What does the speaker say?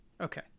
okay